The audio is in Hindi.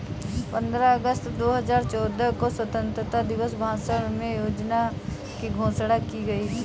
पन्द्रह अगस्त दो हजार चौदह को स्वतंत्रता दिवस भाषण में योजना की घोषणा की गयी थी